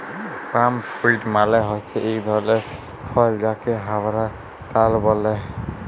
পাম fruit মালে হচ্যে এক ধরলের ফল যাকে হামরা তাল ব্যলে